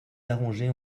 arranger